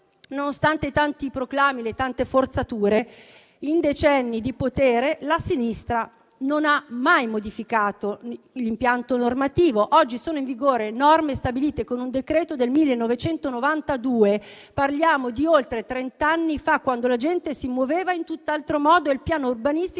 nonostante tanti proclami e forzature, in decenni di potere la sinistra non ha mai modificato l'impianto normativo. Oggi sono in vigore norme stabilite con un decreto del 1992: parliamo di oltre trent'anni fa, quando la gente si muoveva in tutt'altro modo e il piano urbanistico